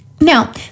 Now